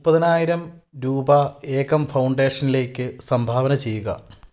മുപ്പതിനായിരം രൂപ ഏകം ഫൗണ്ടേഷനിലേക്ക് സംഭാവന ചെയ്യുക